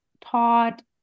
taught